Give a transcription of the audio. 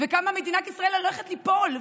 כמה מדינת ישראל הולכת ליפול.